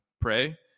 pray